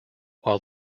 while